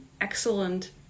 excellent